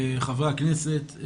חברי הכנסת,